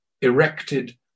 erected